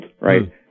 right